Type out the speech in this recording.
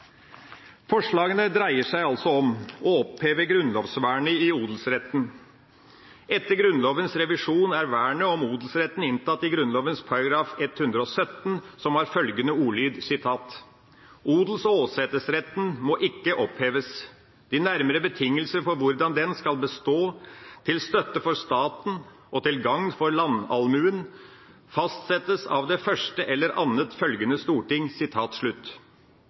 Forslagene dreier seg altså om å oppheve grunnlovsvernet i odelsretten. Etter Grunnlovens revisjon er vernet om odelsretten inntatt i Grunnloven § 117, som har følgende ordlyd: «Odels- og åsetesretten må ikke oppheves. De nærmere betingelser for hvordan den skal bestå til støtte for staten og til gagn for landallmuen, fastsettes av det første eller annet følgende storting.»